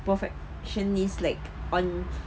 perfectionist like on